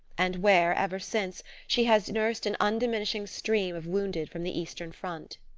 and where, ever since, she has nursed an undiminishing stream of wounded from the eastern front.